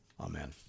amen